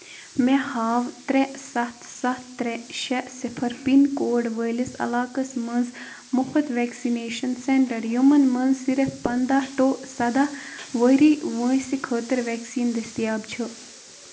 مےٚ ہاو ترٛےٚ ستھ ستھ ترٛےٚ شےٚ صِفر پِن کوڈ وٲلِس علاقس مَنٛز مُفٕت وٮ۪کسِنیشَن سٮ۪نٹر یِمَن مَنٛز صِرف پنٛداہ ٹُہ سداہ ؤری وٲنٛسہِ خٲطرٕ وٮ۪کسیٖن دٔستِیاب چھُ